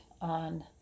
on